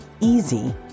easy